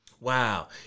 Wow